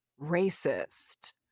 racist